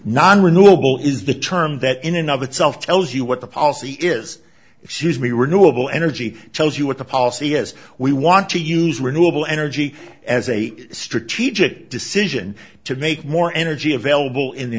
nonrenewable is the term that in another itself tells you what the policy is excuse me renewal energy tells you what the policy is we want to use renewal energy as a strategic decision to make more energy available in the